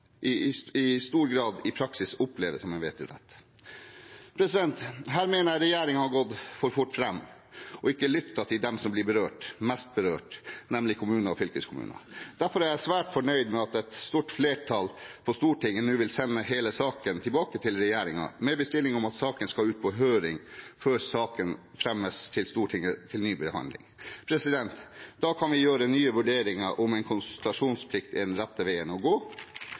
i praksis oppleves som en vetorett. Her mener jeg regjeringen har gått for fort fram og ikke lyttet til dem som blir mest berørt, nemlig kommuner og fylkeskommuner. Derfor er jeg svært fornøyd med at et stort flertall på Stortinget nå vil sende hele saken tilbake til regjeringen, med bestilling om at saken skal ut på høring før saken fremmes for Stortinget til ny behandling. Da kan vi gjøre nye vurderinger om en konsultasjonsplikt er den rette veien å gå,